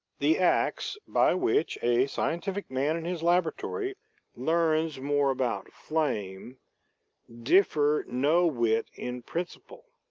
the acts by which a scientific man in his laboratory learns more about flame differ no whit in principle.